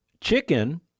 chicken